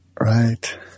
Right